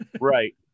Right